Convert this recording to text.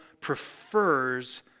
prefers